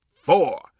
four